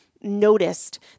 noticed